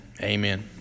Amen